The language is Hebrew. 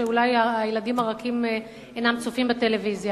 כשאולי הילדים הרכים אינם צופים בטלוויזיה.